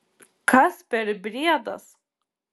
kas per briedas